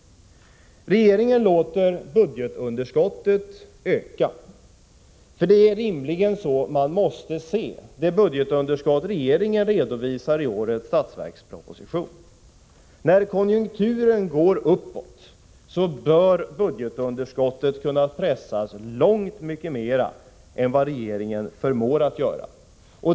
Regeringen låter budgetunderskottet öka, för det är rimligen så vi måste se det underskott som regeringen redovisar i årets budgetproposition. När konjunkturen går uppåt bör budgetunderskottet kunna pressas långt mycket mer än vad regeringen förmår att göra.